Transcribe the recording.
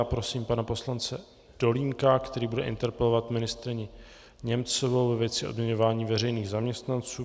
Prosím pana poslance Dolínka, který bude interpelovat ministryni Němcovou ve věci odměňování veřejných zaměstnanců.